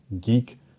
geek